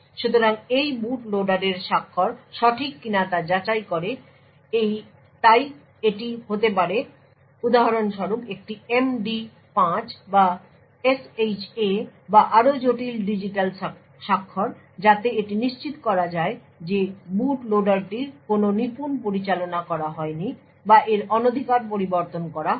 সুতরাং এটি বুট লোডারের স্বাক্ষর সঠিক কিনা তা যাচাই করে তাই এটি হতে পারে উদাহরণস্বরূপ একটি MD5 বা SHA বা আরও জটিল ডিজিটাল স্বাক্ষর যাতে এটি নিশ্চিত করা যায় যে বুট লোডারটির কোনো নিপুন পরিচালনা করা হয়নি বা এর অনধিকার পরিবর্তন করা হয়নি